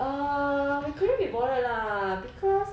uh we couldn't be bothered lah cause